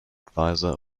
adviser